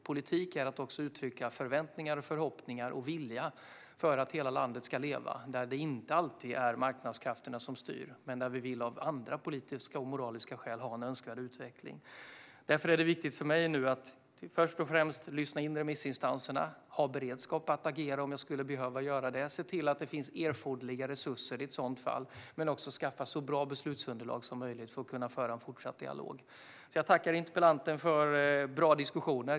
Politik är att också uttrycka förväntningar, förhoppningar och vilja att hela landet ska leva, där det inte är marknadskrafterna som styr utan vi av andra politiska och moraliska skäl önskar en viss utveckling. Därför är det viktigt för mig att först och främst lyssna in remissinstanserna, ha beredskap för att agera om jag skulle behöva göra det, se till att det finns erforderliga resurser i ett sådant fall men också skaffa så bra beslutsunderlag som möjligt för att kunna föra en fortsatt dialog. Jag tackar interpellanten för bra diskussioner.